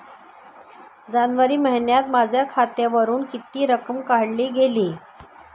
जानेवारी महिन्यात माझ्या खात्यावरुन किती रक्कम काढली गेली?